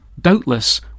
doubtless